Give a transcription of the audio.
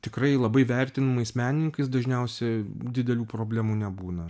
tikrai labai vertinamais menininkais dažniausia didelių problemų nebūna